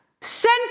Send